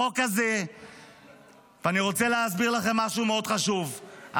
אני רוצה להסביר לכם משהו מאוד חשוב,